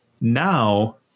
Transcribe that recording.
Now